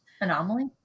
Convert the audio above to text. Anomaly